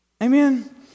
amen